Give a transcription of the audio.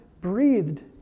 breathed